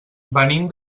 venim